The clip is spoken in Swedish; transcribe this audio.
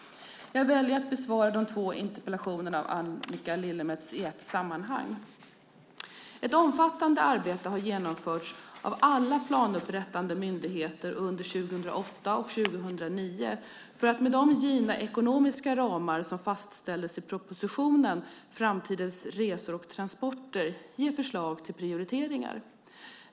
Jag väljer att besvara de två interpellationerna av Annika Lillemets i ett sammanhang. Ett omfattande arbete har genomförts av alla planupprättande myndigheter under 2008 och 2009 för att med de givna ekonomiska ramar som fastställdes i propositionen Framtidens resor och transporter ge förslag till prioriteringar.